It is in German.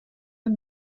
der